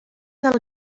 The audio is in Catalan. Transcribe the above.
del